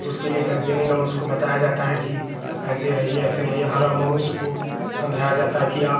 तो उसके लिए कैम्पेनिन्ग और उसको बताया जाता है कि ऐसे रहिए ऐसे रहिए हर मनुष्य को समझाया जाता है कि आप